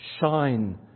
shine